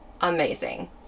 amazing